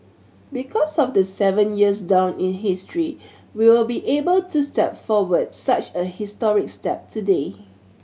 because of the seven years down in history we will be able to step forward such a historic step today